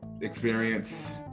experience